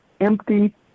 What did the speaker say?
empty